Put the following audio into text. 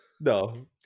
No